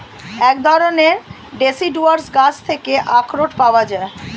এক ধরণের ডেসিডুয়াস গাছ থেকে আখরোট পাওয়া যায়